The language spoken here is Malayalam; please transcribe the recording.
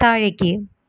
താഴേക്ക്